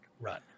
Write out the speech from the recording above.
run